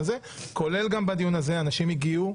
כולל גם בדיון הזה אנשים הגיעו.